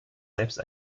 selbst